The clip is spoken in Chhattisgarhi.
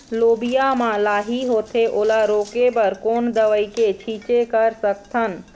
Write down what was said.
लोबिया मा लाही होथे ओला रोके बर कोन दवई के छीचें कर सकथन?